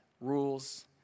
rules